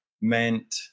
meant